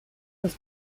was